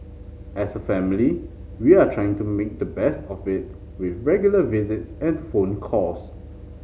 as a family we are trying to make the best of it with regular visits and phone calls